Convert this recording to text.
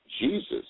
Jesus